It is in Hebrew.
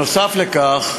נוסף על כך,